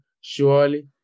Surely